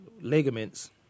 ligaments